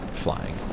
flying